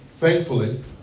Thankfully